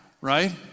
right